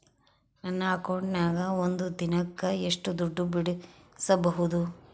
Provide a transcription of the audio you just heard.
ನನ್ನ ಅಕೌಂಟಿನ್ಯಾಗ ಒಂದು ದಿನಕ್ಕ ಎಷ್ಟು ದುಡ್ಡು ಬಿಡಿಸಬಹುದು?